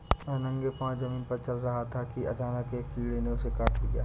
वह नंगे पांव जमीन पर चल रहा था कि अचानक एक कीड़े ने उसे काट लिया